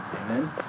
Amen